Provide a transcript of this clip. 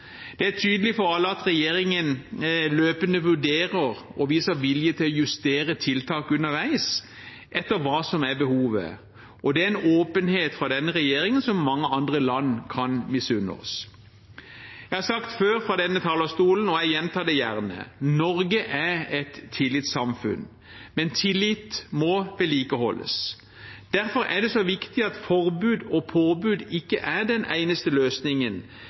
Det er tydelig for alle at regjeringen løpende vurderer og viser vilje til å justere tiltak underveis, etter hva som er behovet. Det er en åpenhet fra denne regjeringen som mange andre land kan misunne oss. Jeg har sagt det før fra denne talerstolen, og jeg gjentar det gjerne: Norge er et tillitssamfunn, men tillit må vedlikeholdes. Derfor er det så viktig at forbud og påbud ikke er den eneste løsningen,